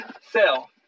Sell